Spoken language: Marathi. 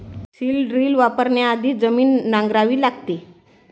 सीड ड्रिल वापरण्याआधी जमीन नांगरावी लागते